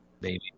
Baby